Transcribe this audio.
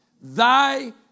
Thy